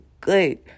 good